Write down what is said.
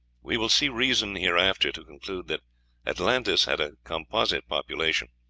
we will see reason hereafter to conclude that atlantis had a composite population,